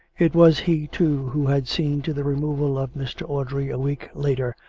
it was he, too, who had seen to the re moval of mr. audrey a week later,